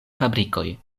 fabrikoj